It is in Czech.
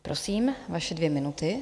Prosím, vaše dvě minuty.